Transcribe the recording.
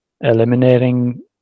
eliminating